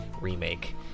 remake